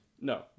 No